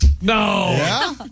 No